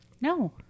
No